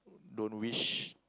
don't wish